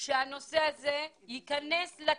שהנושא הזה ייכנס לתקציב.